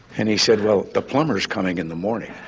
and he said, well, the plumber's coming in the morning